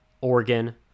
Oregon